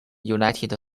united